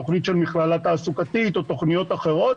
תוכנית של מכללה תעסוקתית או תוכנית אחרות,